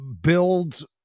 build